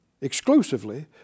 exclusively